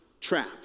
trap